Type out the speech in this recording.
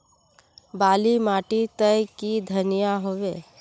बाली माटी तई की धनिया होबे?